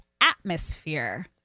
atmosphere